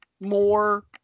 more